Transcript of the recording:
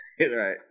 Right